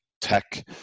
tech